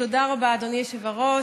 תודה רבה, אדוני היושב-ראש.